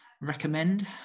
recommend